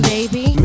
Baby